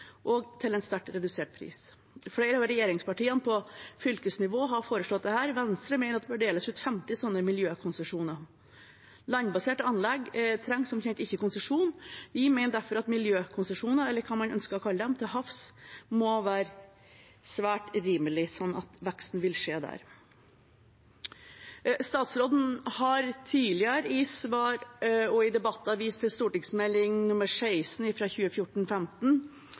og til en sterkt redusert pris. Flere av regjeringspartiene på fylkesnivå har foreslått dette. Venstre mener at det bør deles ut 50 sånne miljøkonsesjoner. Landbaserte anlegg trenger som kjent ikke konsesjon. Vi mener derfor at miljøkonsesjoner, eller hva man ønsker å kalle dem, til havs må være svært rimelige, sånn at veksten vil skje der. Statsråden har tidligere i svar og i debatter vist til Meld. St. 16